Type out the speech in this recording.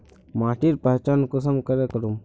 माटिर पहचान कुंसम करे करूम?